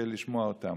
לשמוע אותם.